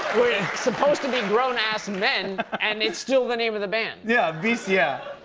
we're supposed to be grown-ass men, and it's still the name of the band. yeah, beastie yeah.